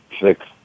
six